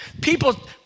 people